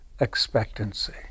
expectancy